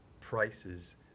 prices